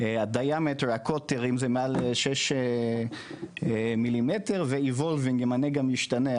הקוטר אם הוא מעל שישה מילימטר ואם הנגע משתנה,